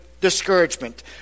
discouragement